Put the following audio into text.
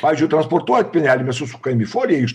pavyzdžiui transportuojant pienelį mes susukam į foliją iš